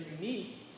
unique